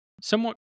somewhat